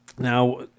Now